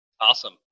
Awesome